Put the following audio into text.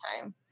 time